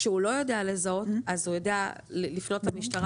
כשהוא לא יודע לזהות אז הוא יודע לפנות למשטרה.